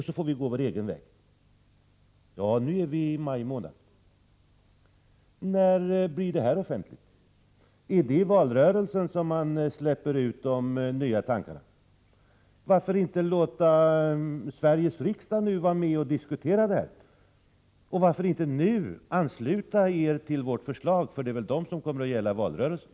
Vi är nu inne i maj månad. När blir det här offentligt? Är det i valrörelsen som man skall släppa ut de nya tankegångarna? Varför låter ni inte Sveriges riksdag vara med och diskutera detta, och varför ansluter ni er inte i dag till våra förslag, för det är väl dessa som kommer att gälla i valrörelsen?